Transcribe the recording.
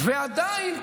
ועדיין,